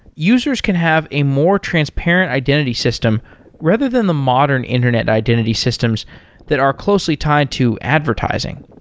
users can have a more transparent identity system rather than the modern internet identity systems that are closely tied to advertising.